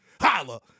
Holla